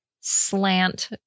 slant